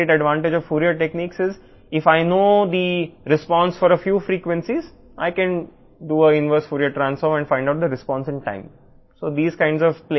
కాబట్టి ఫోరియర్ టెక్నిక్ల యొక్క గొప్ప ప్రయోజనం ఏమిటో మనం వాటిని అధ్యయనం చేస్తాము కొన్ని ఫ్రీక్వెన్సీల రెస్పాన్స్ మనకు తెలిస్తే మనం విలోమ ఫోరియర్ పరివర్తన చేయవచ్చు మరియు టైమ్ కి రెస్పాన్స్ను కనుగొనగలము